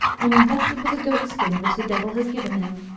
and invested with a goatskin which the devil has given him.